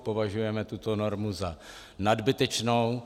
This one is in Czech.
Považujeme tuto normu za nadbytečnou.